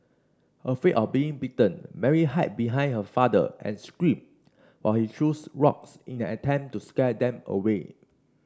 afraid of being bitten Mary behind her father and screamed while he threw rocks in an attempt to scare them away